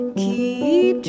keep